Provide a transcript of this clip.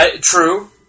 true